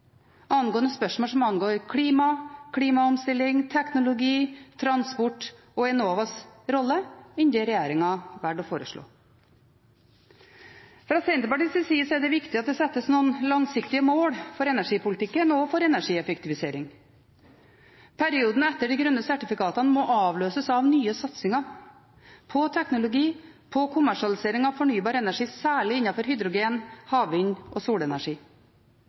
spørsmål som angår klima, klimaomstilling, teknologi, transport og Enovas rolle, enn det regjeringen valgte å foreslå. Fra Senterpartiets side er det viktig at det settes noen langsiktige mål for energipolitikken og for energieffektivisering. Perioden med de grønne sertifikatene må avløses av nye satsinger – på teknologi, på kommersialisering av fornybar energi, særlig innenfor hydrogen, havvind og solenergi.